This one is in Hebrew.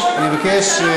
מבקש,